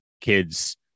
kids